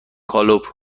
گالوپ